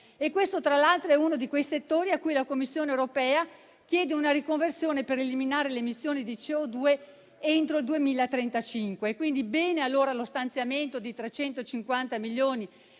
Questo, tra l'altro, è uno di quei settori a cui la Commissione europea chiede una riconversione per eliminare le emissioni di CO2 entro il 2035. Quindi, bene lo stanziamento di 350 milioni